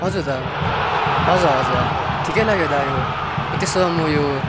हजुर हजुर हजुर हजुर ठिकै लाग्यो दादा यो त्यसो भए म यो